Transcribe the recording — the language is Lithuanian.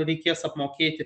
reikės apmokėti